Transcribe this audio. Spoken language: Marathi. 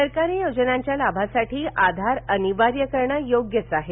सरकारी योजनाच्या लाभासाठी आधार अनिवार्यकरण योग्यच आहे